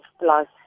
plus